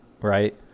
right